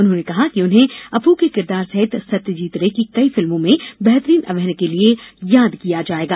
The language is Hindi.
उन्होंने कहा कि उन्हें अप के किरदार सहित सत्यजीत रे की कई फिल्मों में बेहतरीन अभिनय के लिए याद किया जायेगा